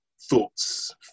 Thoughts